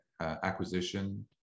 acquisition